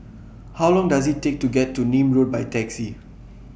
How Long Does IT Take to get to Nim Road By Taxi